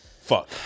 fuck